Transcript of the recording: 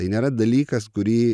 tai nėra dalykas kurį